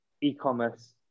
e-commerce